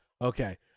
Okay